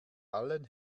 allen